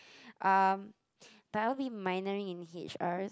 um but I'll be minoring in H_R